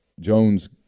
Jones